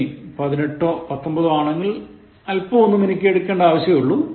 18ഓ 19 ഓ ആണെങ്കിൽ അല്പം ഒന്ന് മിനുക്കിയെടുക്കേണ്ട ആവശ്യമേയുള്ളൂ